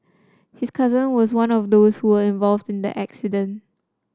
his cousin was one of those involved in that incident